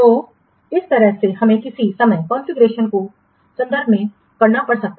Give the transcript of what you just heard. तो इस तरह से हमें किसी समय कॉन्फ़िगरेशन को संदर्भ में करना पड़ सकता है